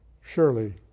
Surely